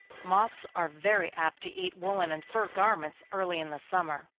moths are very apt to eat woollen and fur garments early in the summer.